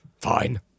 Fine